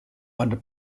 under